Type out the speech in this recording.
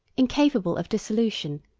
incapable of dissolution,